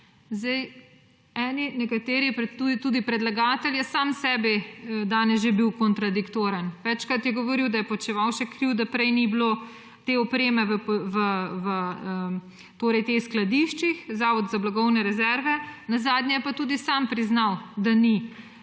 opreme. Nekateri, tudi predlagatelj je sam sebi danes že bil kontradiktoren. Večkrat je govoril, da je Počivalšek kriv, da prej ni bilo te opreme v teh skladiščih, Zavoda za blagovne rezerve, nazadnje pa je tudi sam priznal, da ni